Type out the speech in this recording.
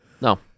No